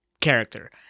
character